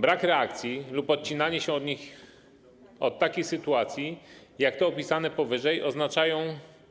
Brak reakcji lub odcinanie się od takich sytuacji jak te opisane powyżej oznacza